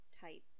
type